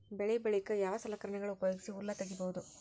ಬೆಳಿ ಬಳಿಕ ಯಾವ ಸಲಕರಣೆಗಳ ಉಪಯೋಗಿಸಿ ಹುಲ್ಲ ತಗಿಬಹುದು?